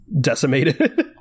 decimated